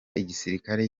igisirikare